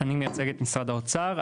אני מייצג את משרד האוצר.